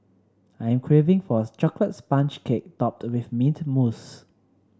I am craving for a chocolate sponge cake topped with mint mousse